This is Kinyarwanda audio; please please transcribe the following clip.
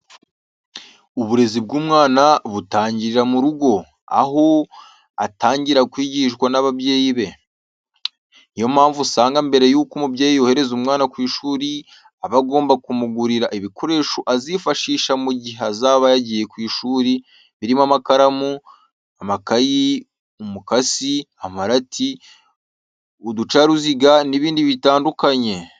Uburezi bw'umwana butangirira mu rugo, aho atangira kwigishwa n'ababyeyi be. Ni yo mpamvu usanga mbere y'uko umubyeyi yohereza umwana ku ishuri aba agomba kumugurira ibikoresho azifashisha mu gihe azaba yagiye ku ishuri birimo amakaramu, amakayi, umukasi, amarati, uducaruziga n'ibindi bitandukanye.